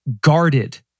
guarded